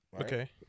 okay